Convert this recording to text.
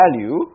value